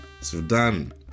Sudan